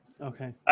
Okay